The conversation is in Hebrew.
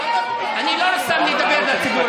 אני לא רוצה לדבר לציבור,